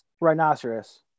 Rhinoceros